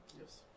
yes